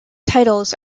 titles